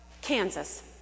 Kansas